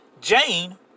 Jane